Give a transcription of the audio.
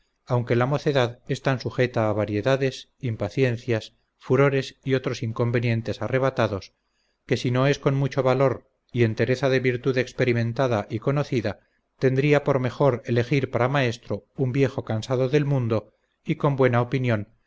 aunque la mocedad es tan sujeta a variedades impaciencias furores y otros inconvenientes arrebatados que si no es con mucho valor y entereza de virtud experimentada y conocida tendría por mejor elegir para maestro un viejo cansado del mundo y con buena opinión